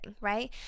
right